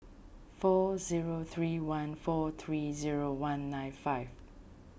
four zero three one four three zero one nine five